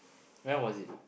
where was it